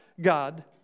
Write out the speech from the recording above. God